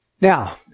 Now